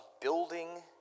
building